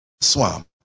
swamp